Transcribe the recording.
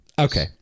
Okay